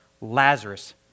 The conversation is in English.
Lazarus